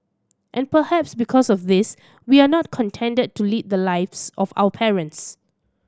and perhaps because of this we are not contented to lead the lives of our parents